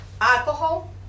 alcohol